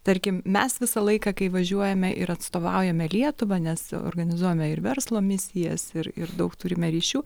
tarkim mes visą laiką kai važiuojame ir atstovaujame lietuvą nes organizuojame ir verslo misijas ir ir daug turime ryšių